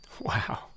Wow